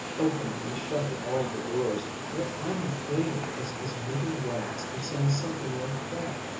opening and shutting all the doors. what i'm afraid of is his meeting lawrence and saying something like that.